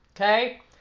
Okay